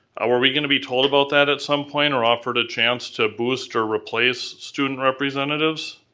were we gonna be told about that at some point or offered a chance to boost or replace student representatives?